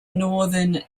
northern